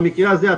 אבל במקרה הזה,